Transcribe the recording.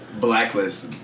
Blacklist